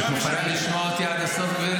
את מוכנה לשמוע אותי עד הסוף?